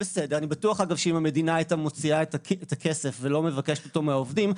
אני בטוח שאם המדינה הייתה מוציאה את הכסף ולא מבקשת אותו מהעובדים,